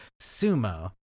Sumo